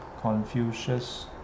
Confucius